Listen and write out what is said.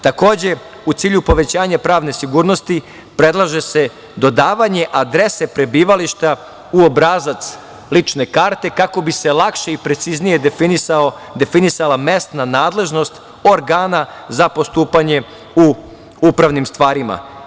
Takođe, u cilju povećanja pravne sigurnosti predlaže se dodavanje adrese prebivališta u obrazac lične karte kako bi se lakše i preciznije definisala mesna nadležnost organa za postupanje u upravnim stvarima.